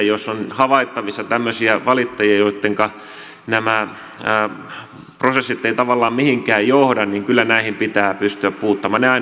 jos on havaittavissa tämmöisiä valittajia joittenka nämä prosessit eivät tavallaan mihinkään johda niin kyllä näihin pitää pystyä puuttumaan